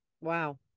wow